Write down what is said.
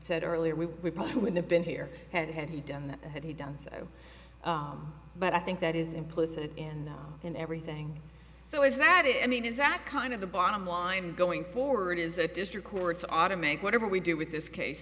said earlier we we probably would have been here had he done that had he done so but i think that is implicit in in everything so is that it i mean is that kind of the bottom line going forward is a district courts automake whatever we do with this case